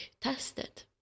tested